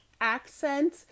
accent